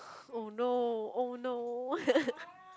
oh no oh no